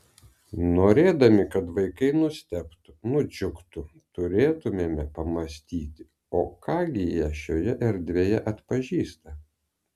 norėdami kad vaikai nustebtų nudžiugtų turėtumėme pamąstyti o ką gi jie šioje erdvėje atpažįsta